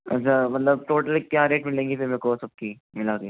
अच्छा मतलब टोटल क्या रेट मिलेगी फिर मेरे को सब की मिला के